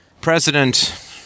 president